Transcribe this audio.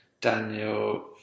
Daniel